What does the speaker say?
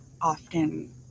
often